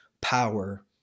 power